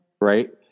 Right